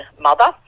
mother